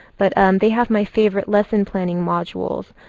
but they have my favorite lesson planning modules.